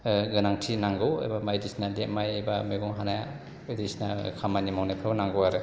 गोनांथि नांगौ एबा बायदिसिना माइ एबा मैगं हानाय बायदिसिना खामानि मावनायफोराव नांगौ आरो